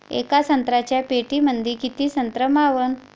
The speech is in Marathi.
येका संत्र्याच्या पेटीमंदी किती संत्र मावन?